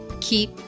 keep